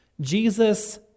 Jesus